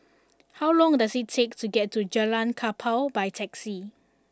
how long does it take to get to Jalan Kapal by taxi